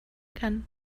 kann